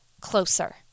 closer